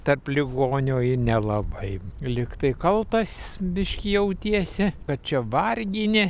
tarp ligonio nelabai lygtai kaltas biškį jautiesi kad čia vargini